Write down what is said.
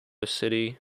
city